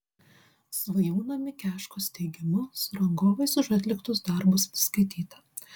svajūno mikeškos teigimu su rangovais už atliktus darbus atsiskaityta